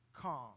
calm